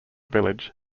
village